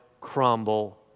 crumble